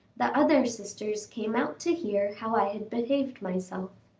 the other sisters came out to hear how i behaved myself.